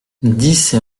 dix